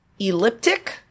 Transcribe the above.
Elliptic